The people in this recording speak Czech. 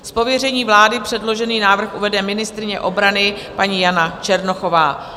Z pověření vlády předložený návrh uvede ministryně obrany paní Jana Černochová.